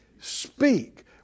speak